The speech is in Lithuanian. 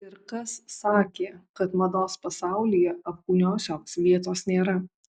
ir kas sakė kad mados pasaulyje apkūniosioms vietos nėra